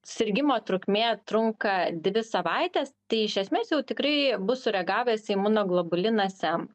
sirgimo trukmė trunka dvi savaites tai iš esmės jau tikrai bus sureagavęs imunoglobulinas m